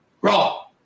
Raw